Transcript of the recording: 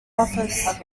office